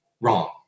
wrong